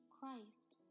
Christ